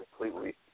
completely